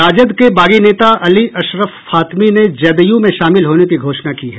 राजद के बागी नेता अली अशरफ फातमी ने जदयू में शामिल होने की घोषणा की है